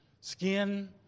skin